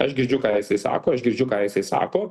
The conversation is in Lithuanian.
aš girdžiu ką jisai sako aš girdžiu ką jisai sako